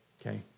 okay